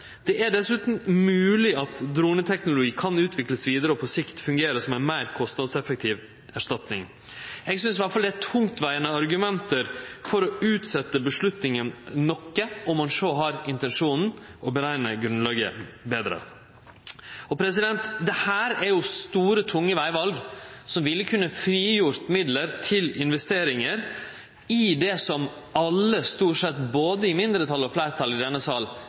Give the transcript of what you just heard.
Det er dessutan mogleg at droneteknologi kan utviklast vidare og på sikt fungere som ei meir kostnadseffektiv erstatning. Eg synest i alle fall det er tungtvegande argument for å utsetje avgjerda noko, om ein så har som intensjon å berekne grunnlaget betre. Dette er store, tunge vegval som kunne frigjort midlar til investeringar i det som stort sett alle, i både mindretalet og fleirtalet i denne sal,